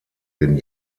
den